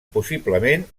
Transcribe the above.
possiblement